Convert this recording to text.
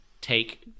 take